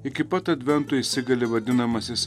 iki pat advento įsigali vadinamasis